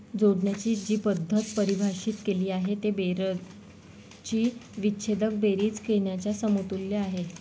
जोडण्याची जी पद्धत परिभाषित केली आहे ती बेरजेची विच्छेदक बेरीज घेण्याच्या समतुल्य आहे